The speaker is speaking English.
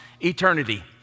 eternity